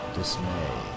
dismay